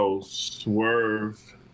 Swerve